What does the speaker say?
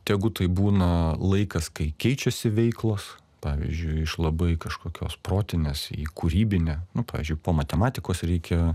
tegu tai būna laikas kai keičiasi veiklos pavyzdžiui iš labai kažkokios protinės į kūrybinę nu pavyzdžiui po matematikos reikia